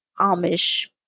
Amish